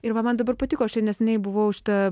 ir va man dabar patiko aš čia neseniai buvau šita